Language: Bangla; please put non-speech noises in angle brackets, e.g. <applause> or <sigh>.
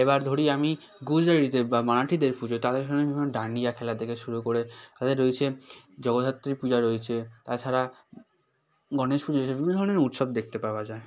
এবার ধরি আমি গুজরাটিদের বা মারাঠিদের পুজো তাদের <unintelligible> ওখানে ডান্ডিয়া খেলা থেকে শুরু করে তাদের রয়েছে জগদ্ধাত্রী পূজা রয়েছে তাছাড়া গণেশ পুজো <unintelligible> বিভিন্ন ধরনের উৎসব দেখতে পাওয়া যায়